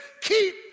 keep